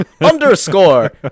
underscore